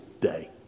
day